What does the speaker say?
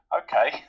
okay